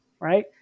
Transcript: right